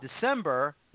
December